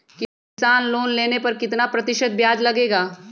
किसान लोन लेने पर कितना प्रतिशत ब्याज लगेगा?